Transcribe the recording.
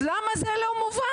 אז למה זה לא מובן?